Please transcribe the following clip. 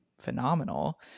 phenomenal